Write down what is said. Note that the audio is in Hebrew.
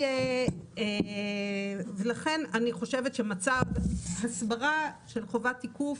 אני חושבת שהסברה של חובת תיקוף,